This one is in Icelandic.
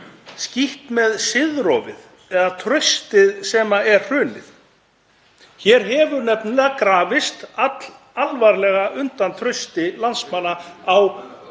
Skítt með siðrofið eða traustið sem er hrunið. Hér hefur nefnilega grafist allalvarlega undan trausti landsmanna á